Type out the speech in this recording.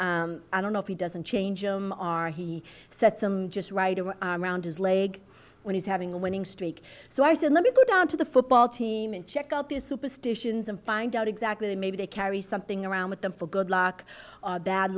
socks i don't know if he doesn't change omar he sets them just right around his leg when he's having a winning streak so i said let me go down to the football team and check out these superstitions and find out exactly maybe they carry something around with them for good luck